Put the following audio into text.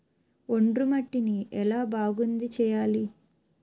ఒండ్రు మట్టిని ఎలా బాగుంది చేయాలి?